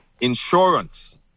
insurance